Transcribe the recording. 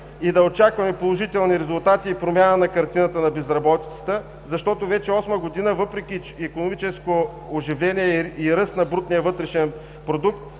и да очакваме положителни резултати и промяна на картината на безработицата – вече осма година, въпреки икономическото оживление и ръст на брутния вътрешен продукт,